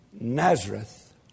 Nazareth